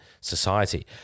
society